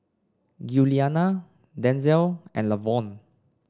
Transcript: Giuliana Denzell and Lavonne